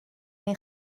neu